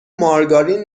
مارگارین